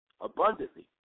abundantly